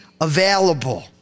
available